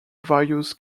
various